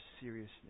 seriousness